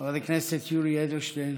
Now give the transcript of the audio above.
חבר הכנסת יולי אדלשטיין,